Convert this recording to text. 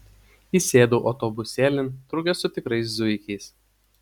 įsėdau autobusėlin drauge su tikrais zuikiais